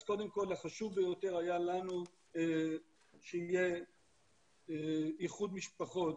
אז קודם כל היה חשוב לנו שיהיה איחוד משפחות,